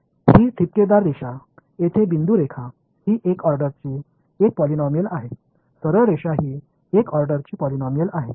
ही ठिपकेदार रेषा येथे बिंदू रेखा ही 1 ऑर्डरची एक पॉलिनोमिल आहे सरळ रेषा ही 1 ऑर्डरची पॉलिनोमिल आहे